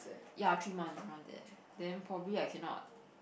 ya three months around there then probably I cannot